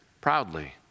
proudly